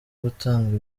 gutanga